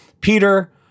Peter